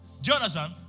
Jonathan